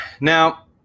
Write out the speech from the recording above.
now